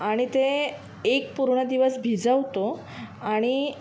आणि ते एक पूर्ण दिवस भिजवतो आणि